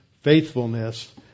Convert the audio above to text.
faithfulness